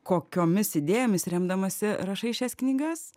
kokiomis idėjomis remdamasi rašai šias knygas